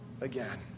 again